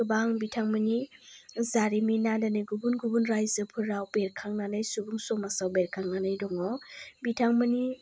गोबां बिथांमोननि जारिमिनआ दिनै गुबुन गुबुन रायजोफोराव बेरखांनानै सुबुं समाजाव बेरखांनानै दङ बिथांमोननि मोजां खामानि मावलांनाया अरायबो जोंनि गोसोफोराव थाबाय थादों बिथांमोनखौ मान होनायनि गेजेरजों अन्थायनि मुसुखा बानायनानै दोननाय जादों